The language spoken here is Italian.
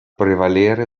prevalere